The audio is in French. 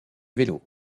vélos